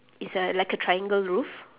it's a like a triangle roof